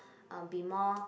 uh be more